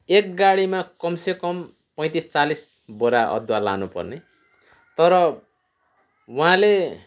एक गाडीमा कमसेकम पैँतिस चालिस बोरा अदुवा लानुपर्ने तर उहाँले